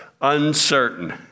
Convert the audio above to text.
uncertain